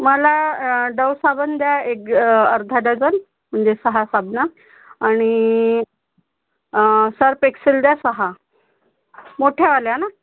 मला डव साबण द्या एक अर्धा डजन म्हणजे सहा साबणं आणि सर्प एक्सेल द्या सहा मोठेवाल्या ना